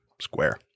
square